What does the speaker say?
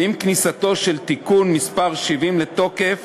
ועם כניסתו של תיקון מס' 70 לתוקף